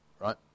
Right